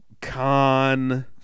Khan